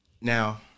Now